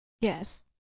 Yes